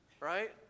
Right